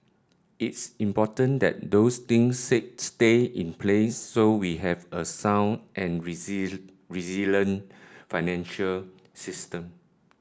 it's important that those things say stay in place so we have a sound and resilient financial system